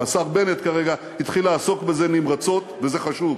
והשר בנט כרגע התחיל לעסוק בזה נמרצות, וזה חשוב.